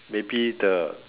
maybe the